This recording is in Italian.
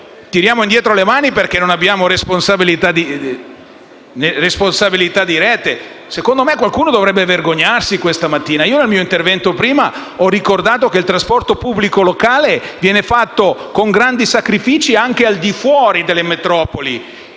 Noi alziamo le mani perché non abbiamo responsabilità dirette. A mio avviso, però, qualcuno dovrebbe vergognarsi questa mattina. Nel mio intervento precedente ho ricordato che il trasporto pubblico locale viene realizzato con grandi sacrifici anche al di fuori delle metropoli,